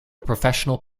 professional